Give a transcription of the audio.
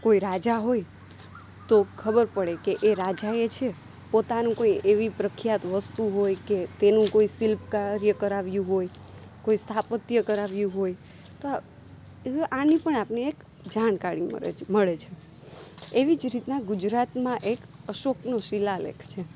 કોઈ રાજા હોય તો ખબર પડે કે એ રાજાએ છે પોતાનું કોઈ એવી પ્રખ્યાત વસ્તુ હોય કે તેનું કોઈ શિલ્પકાર્ય કરાવ્યું હોય કોઈ સ્થાપત્ય કરાવ્યું હોય તો આની પણ આપને એક જાણકાળી મરે છે મળે છે એવી જ રીતના ગુજરાતમાં એક અશોકનો શીલાલેખ છે